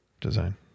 design